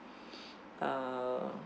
uh